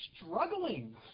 struggling